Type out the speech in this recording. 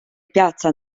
piazza